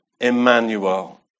Emmanuel